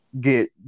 Get